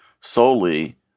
solely